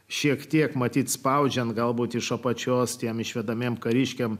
šiek tiek matyt spaudžiant galbūt iš apačios tiems išvedamiems kariškiams